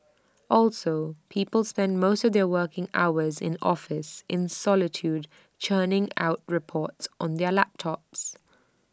also people spend most of their working hours in office in solitude churning out reports on their laptops